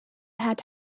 had